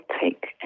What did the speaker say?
take